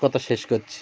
কথা শেষ করছি